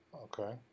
Okay